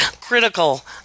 Critical